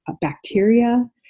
bacteria